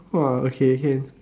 !wow! okay can